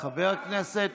חבר כנסת